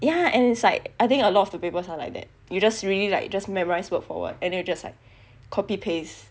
yah and it's like I think a lot of the papers are like that you just really like just memorize word for word and then you just like copy paste